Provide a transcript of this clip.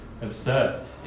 observed